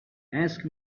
asked